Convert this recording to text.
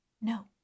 No